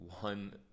one